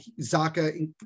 Zaka